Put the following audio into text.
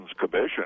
commission